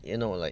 you know like